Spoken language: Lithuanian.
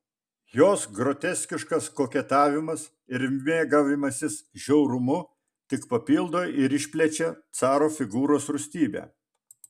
jos groteskiškas koketavimas ir mėgavimasis žiaurumu tik papildo ir išplečia caro figūros rūstybę